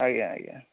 ଆଜ୍ଞା ଆଜ୍ଞା